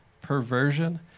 perversion